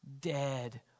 dead